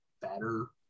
better